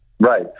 Right